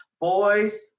boys